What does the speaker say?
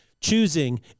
Choosing